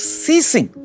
ceasing